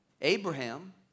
Abraham